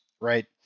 Right